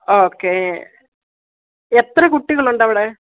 okay എത്ര കുട്ടിക്കളുണ്ട് അവിടെ